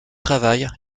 travail